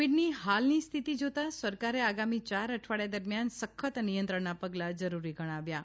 કોવીડની હાલની સ્થિતિ જોતાં સરકારે આગામી યાર અઠવાડિયા દરમિયાન સખ્ત નિયંત્રણનાં પગલાં જરૂરી ગણાવ્યાં